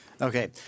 Okay